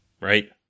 right